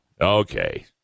Okay